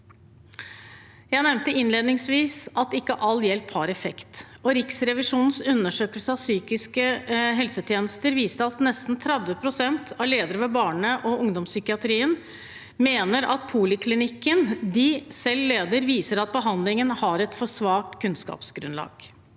Jeg nevnte innledningsvis at ikke all hjelp har effekt. Riksrevisjonens undersøkelse av psykiske helsetjenester viser at nesten 30 pst. av lederne i barne- og ungdomspsykiatrien mener at poliklinikken de leder, benytter behandlingsmetoder som har et for svakt kunnskapsgrunnlag.